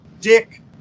Dick